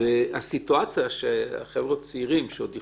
והסיטואציה שחבר'ה צעירים שעוד יכולים,